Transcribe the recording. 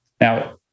Now